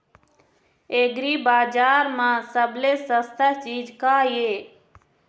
एग्रीबजार म सबले सस्ता चीज का ये?